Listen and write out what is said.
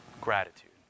Gratitude